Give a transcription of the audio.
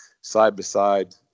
side-by-side